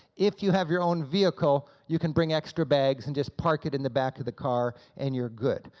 if you have your own vehicle you can bring extra bags and just park it in the back of the car and you're good.